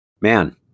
man